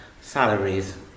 salaries